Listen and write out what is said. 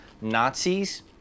Nazis